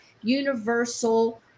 universal